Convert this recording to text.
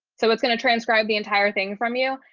so it's going to transcribe the entire thing from you.